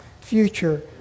future